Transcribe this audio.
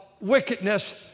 wickedness